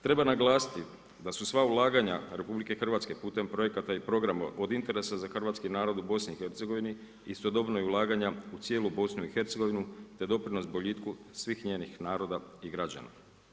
Treba naglasiti da su sva ulaganja RH putem projekata i programa od interesa za hrvatski narod u BIH istodobno i ulaganja u cijelu BIH te doprinos boljitku svih njenih naroda i građana.